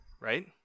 right